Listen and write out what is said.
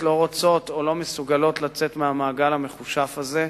לא רוצות או לא מסוגלות לצאת מהמעגל המכושף הזה.